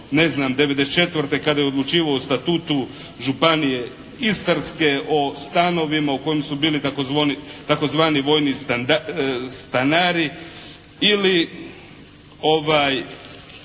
je to bio '94. kada je odlučivao o Statutu Županije istarske o stanovima u kojima su bili tzv. vojni stanari ili kada